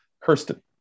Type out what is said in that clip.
Kirsten